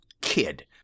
kid